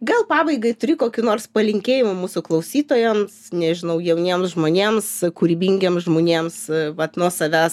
gal pabaigai turi kokių nors palinkėjimų mūsų klausytojams nežinau jauniems žmonėms kūrybingiems žmonėms vat nuo savęs